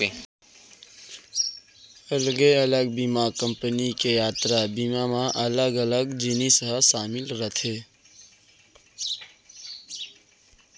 अलगे अलग बीमा कंपनी के यातरा बीमा म अलग अलग जिनिस ह सामिल रथे